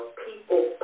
people